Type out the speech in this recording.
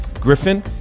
Griffin